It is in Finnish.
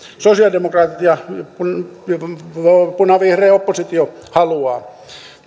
sosialidemokraatit ja punavihreä oppositio haluavat